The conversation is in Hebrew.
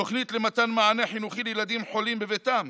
תוכנית למתן מענה חינוכי לילדים חולים בביתם,